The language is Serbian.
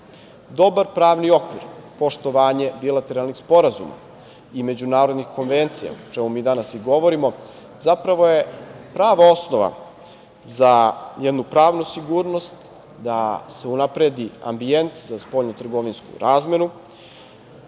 pravni okvir, poštovanje bilateralnih sporazuma i međunarodnih konvencija, o čemu mi danas i govorimo zapravo je prava osnova za jednu pravnu sigurnost, da se unapredi ambijent za spoljnotrgovinsku razmenu,